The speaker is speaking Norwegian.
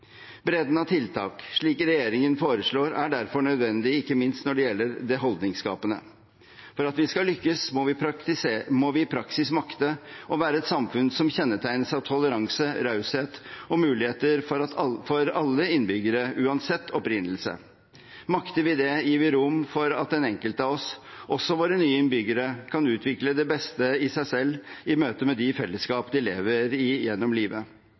av tiltak, slik regjeringen foreslår, er derfor nødvendig, ikke minst når det gjelder det holdningsskapende. For at vi skal lykkes, må vi i praksis makte å være et samfunn som kjennetegnes av toleranse, raushet og muligheter for alle innbyggere, uansett opprinnelse. Makter vi det, gir vi rom for at den enkelte av oss, også våre nye innbyggere, kan utvikle det beste i seg selv i møte med de fellesskap de lever i gjennom livet.